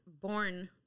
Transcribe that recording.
born